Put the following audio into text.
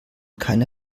keine